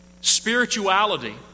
Spirituality